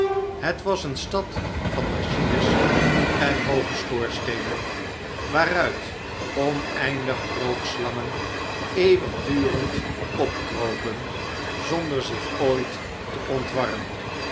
het was eene stad van machines en hooge schoorsteenen waaruit oneindige rookslangen eeuwigdurend opkropen zonder zich ooit te ontwarren